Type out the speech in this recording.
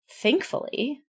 Thankfully